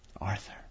Arthur